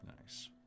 Nice